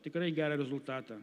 tikrai gerą rezultatą